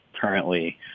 currently